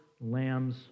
lambs